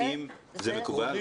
האם זה מקובל?